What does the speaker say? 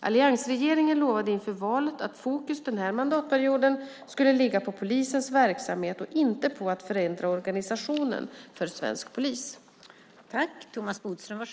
Alliansregeringen lovade inför valet att fokus den här mandatperioden skulle ligga på polisens verksamhet och inte på att förändra organisationen för svensk polis .